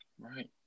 Right